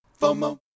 FOMO